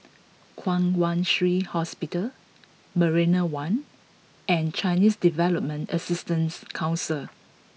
Kwong Wai Shiu Hospital Marina One and Chinese Development Assistance Council